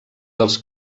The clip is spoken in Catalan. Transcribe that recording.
dels